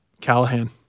Callahan